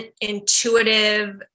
intuitive